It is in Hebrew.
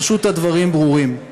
פשוט הדברים ברורים.